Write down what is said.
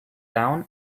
down